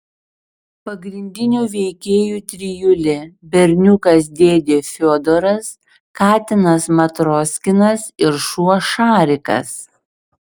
pagrindinių veikėjų trijulė berniukas dėdė fiodoras katinas matroskinas ir šuo šarikas